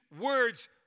words